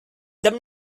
them